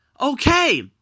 Okay